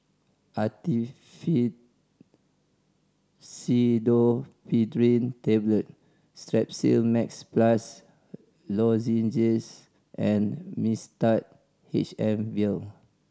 Actifed Pseudoephedrine Tablet Strepsil Max Plus Lozenges and Mixtard H M Vial